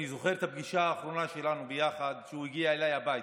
אני זוכר את הפגישה האחרונה שלנו יחד כשהוא הגיע אליי הביתה.